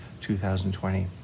2020